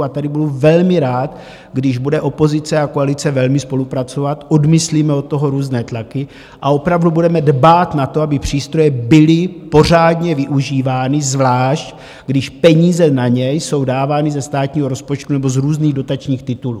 A tady budu velmi rád, když bude opozice a koalice velmi spolupracovat, odmyslíme od toho různé tlaky a opravdu budeme dbát na to, aby přístroje byly pořádně využívány, zvlášť když peníze na ně jsou dávány ze státního rozpočtu nebo z různých dotačních titulů.